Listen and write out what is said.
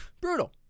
Brutal